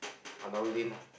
Annarudin ah